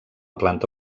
planta